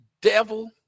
devil